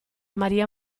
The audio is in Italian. maria